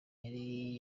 yari